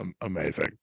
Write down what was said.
Amazing